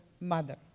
Mother